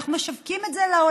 ואנחנו משווקים את זה לעולם,